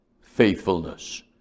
faithfulness